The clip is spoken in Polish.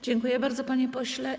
Dziękuję bardzo, panie pośle.